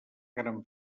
gran